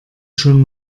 schon